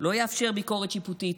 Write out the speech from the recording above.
לא יאפשר ביקורת שיפוטית